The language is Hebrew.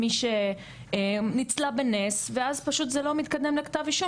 מי שניצלה בנס ואז פשוט זה לא מתקדם לכתב אישום,